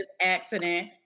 accident